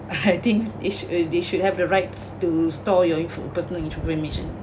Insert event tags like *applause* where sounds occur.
*laughs* I think it should they should have the rights to store your info~ personal information